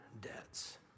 debts